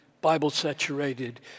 Bible-saturated